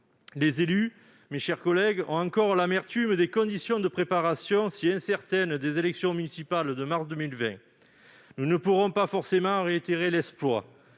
Les élus, mes chers collègues, ressentent encore l'amertume des conditions de préparation si incertaines des élections municipales de mars 2020. Nous ne pourrons pas forcément réitérer un